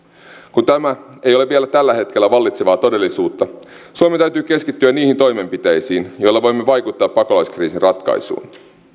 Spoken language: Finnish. kun tämä ei vielä tällä hetkellä ole vallitsevaa todellisuutta suomen täytyy keskittyä niihin toimenpiteisiin joilla voimme vaikuttaa pakolaiskriisin ratkaisuun